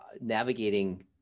navigating